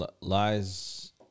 lies